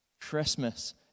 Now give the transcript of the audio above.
Christmas